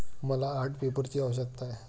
मला आर्ट पेपरची आवश्यकता आहे